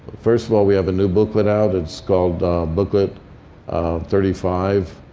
first of all, we have a new booklet out. it's called booklet thirty five.